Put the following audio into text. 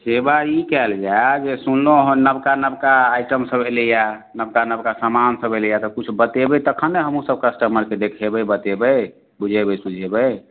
सेवा ई कएल जाए जे सुनलहुँ हँ नवका नवका आइटमसब अएलै यऽ नवका नवका समानसब अएलै यऽ तऽ किछु बतेबै तखन ने हमहूँसभ कस्टमरकेँ देखेबै बतेबै बुझेबै सुझेबै